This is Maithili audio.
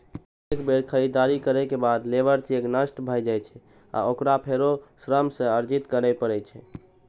एक बेर खरीदारी के बाद लेबर चेक नष्ट भए जाइ छै आ ओकरा फेरो श्रम सँ अर्जित करै पड़ै छै